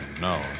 No